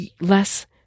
less